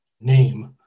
name